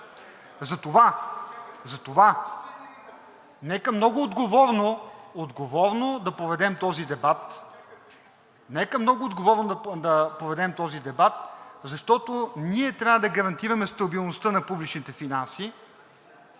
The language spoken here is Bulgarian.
дебат. Нека много отговорно да проведем този дебат, защото ние трябва да гарантираме стабилността на публичните финанси